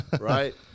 Right